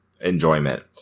enjoyment